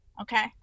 okay